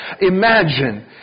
imagine